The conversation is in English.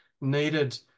needed